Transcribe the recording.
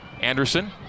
Anderson